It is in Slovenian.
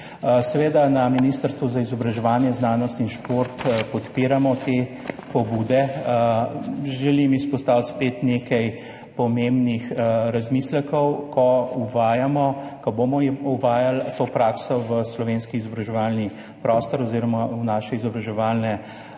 Seveda na Ministrstvu za izobraževanje, znanost in šport podpiramo te pobude. Spet želim izpostaviti nekaj pomembnih razmislekov, ko bomo uvajali to prakso v slovenski izobraževalni prostor oziroma v naše izobraževalne